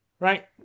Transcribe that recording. Right